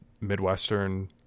Midwestern